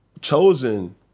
Chosen